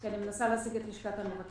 אבל שזה יהיה ריאלי כדי שאותן מפלגות